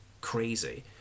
crazy